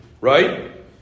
right